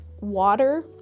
water